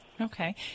Okay